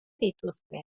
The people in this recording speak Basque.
dituzte